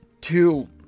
two